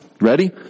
Ready